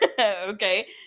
Okay